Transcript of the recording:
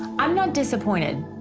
i'm not disappointed.